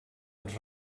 als